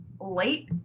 late